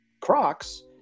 crocs